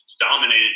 dominated